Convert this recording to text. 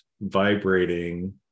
vibrating